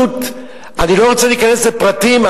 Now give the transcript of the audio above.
אני לא רוצה להיכנס לפרטים,